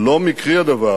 לא מקרי הדבר